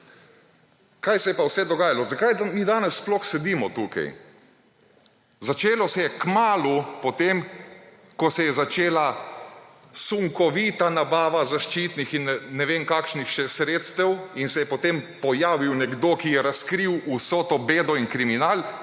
Kaj se je pa vse dogajalo, zakaj mi danes sploh sedimo tukaj? Začelo se je kmalu potem, ko se je začela sunkovita nabava zaščitnih in ne vem kakšnih še sredstev, in se je potem pojavil nekdo, ki je razkril vso to bedo in kriminal.